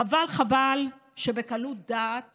חבל, חבל, שבקלות דעת